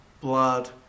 blood